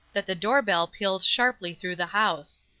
that the door-bell pealed sharply through the house.